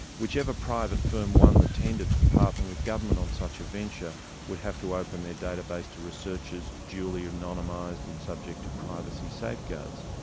whichever private firm won the tender to partner with government on such a venture would have to open their database to researchers, researchers, duly anonymised and subject to privacy safeguards.